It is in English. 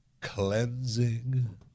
cleansing